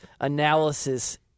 analysis